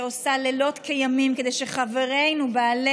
שעושה לילות כימים כדי שחברינו בעלי